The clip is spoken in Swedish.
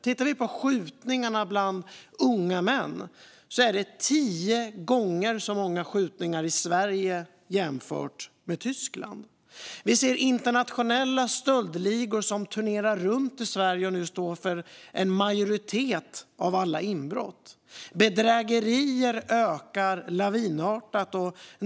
Tittar vi på skjutningarna bland unga män är det tio gånger så många skjutningar i Sverige jämfört med i Tyskland. Vi ser internationella stöldligor som turnerar runt i Sverige och nu står för en majoritet av alla inbrott. Bedrägerier ökar lavinartat.